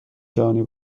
جهانی